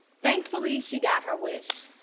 thankfully she got her wish.